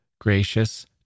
gracious